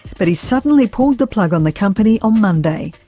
but he suddenly pulled the plug on the company on monday.